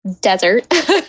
desert